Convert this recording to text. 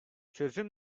çözüm